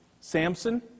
Samson